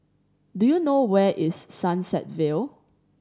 do you know where is Sunset Vale